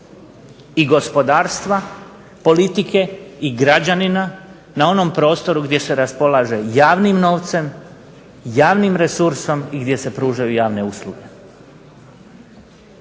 i gospodarstva, politike i građanina na onom prostoru gdje se raspolaže javnim novcem, javnim resursom i gdje se pružaju javne usluge.